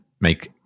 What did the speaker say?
make